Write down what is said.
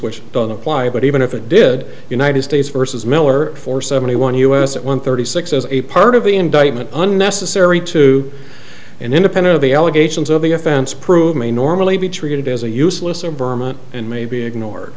which don't apply but even if it did united states versus miller for seventy one us at one thirty six as a part of the indictment unnecessary to an independent of the allegations of the offense prove may normally be treated as a useless or berman and may be ignored